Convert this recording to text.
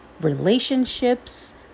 relationships